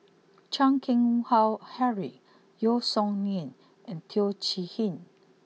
Chan Keng Howe Harry Yeo Song Nian and Teo Chee Hean